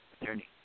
attorney